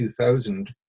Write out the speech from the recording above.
2000